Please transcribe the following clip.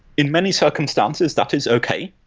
in many circumstances, that is okay,